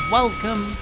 welcome